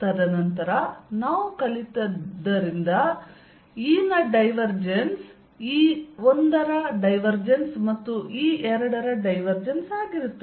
ತದನಂತರ ನಾವು ಕಲಿತದ್ದರಿಂದ E ನ ಡೈವರ್ಜೆನ್ಸ್ E1 ನ ಡೈವರ್ಜೆನ್ಸ್ ಮತ್ತು E2 ನ ಡೈವರ್ಜೆನ್ಸ್ ಆಗಿರುತ್ತದೆ